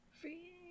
Free